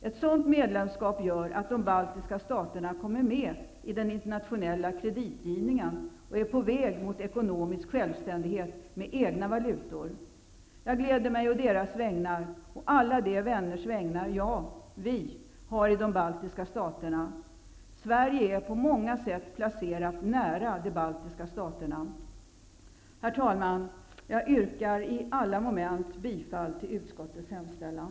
Ett sådant medlemskap gör att de baltiska staterna kommer med i den internationella kreditgivningen och är på väg mot ekonomisk självständighet med egna valutor. Jag glädjer mig å deras vägnar och och å alla de vänners vägnar som jag -- vi -- har i de baltiska staterna. Sverige är på många sätt placerat nära de baltiska staterna. Herr talman! Jag yrkar i alla moment bifall till utskottets hemställan.